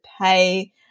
pay